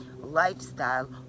lifestyle